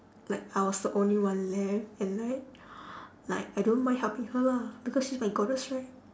like I was the only one left and like like I don't mind helping her lah because she's my goddess right